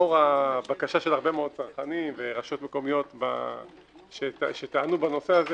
לאור הבקשה של הרבה מאוד צרכנים ורשויות מקומיות שטענו בנושא הזה